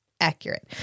Accurate